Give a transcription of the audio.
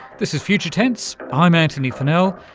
this is future tense, i'm antony funnell,